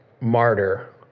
martyr